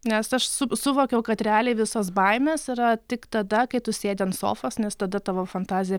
nes aš su suvokiau kad realiai visos baimės yra tik tada kai tu sėdi ant sofos nes tada tavo fantazija